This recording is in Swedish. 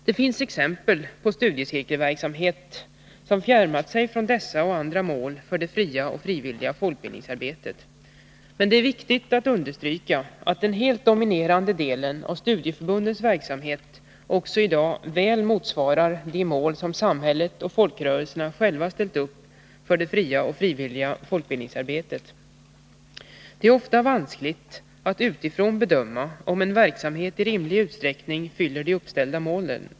Det finns exempel på studiecirkelverksamhet som fjärmat sig från dessa och andra mål för det fria och frivilliga folkbildningsarbetet. Men det är viktigt att understryka att den helt dominerande delen av studieförbundens verksamhet också i dag väl motsvarar de mål som samhället och folkrörelserna själva ställt upp för det fria och det frivilliga folkbildningsarbetet. Det är ofta vanskligt att utifrån bedöma om en verksamhet i rimlig utsträckning fyller de uppställda målen.